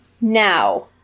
Now